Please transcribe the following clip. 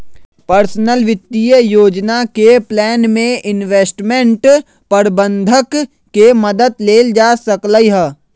personal वित्तीय योजना के प्लान में इंवेस्टमेंट परबंधक के मदद लेल जा सकलई ह